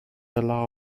allow